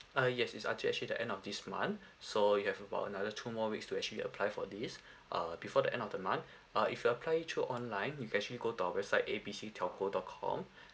uh yes is ah actually end of this month so you have about another two more weeks to actually apply for this uh before the end of the month uh if you apply through online you can actually go to our website A B C telco dot com